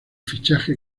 fichaje